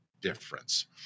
difference